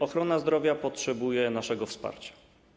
Ochrona zdrowia potrzebuje naszego wsparcia.